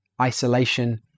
isolation